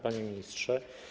Panie Ministrze!